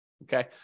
Okay